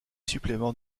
suppléments